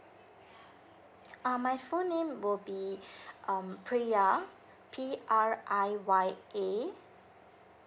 um my full name will be um priya P R I Y A